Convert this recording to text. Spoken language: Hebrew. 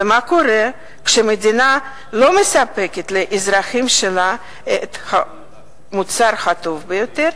ומה קורה כשמדינה לא מספקת לאזרחים שלה את המוצר הטוב ביותר?